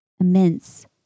immense